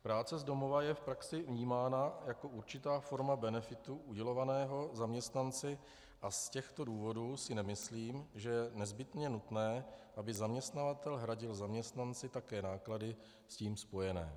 Práce z domova je v praxi vnímána jako určitá forma benefitu udělovaného zaměstnanci a z těchto důvodů si nemyslím, že je nezbytně nutné, aby zaměstnavatel hradil zaměstnanci také náklady s tím spojené.